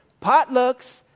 potlucks